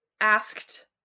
asked